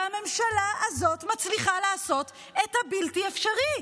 והממשלה הזאת מצליחה לעשות את הבלתי-אפשרי.